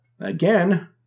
again